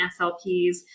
SLPs